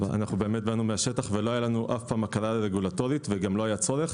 באמת באנו מהשטח ולא היתה לנו מעולם הקלה רגולטוריות וגם לא היה צורך,